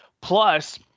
Plus